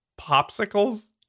popsicles